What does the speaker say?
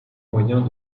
moyen